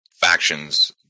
factions